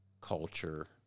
culture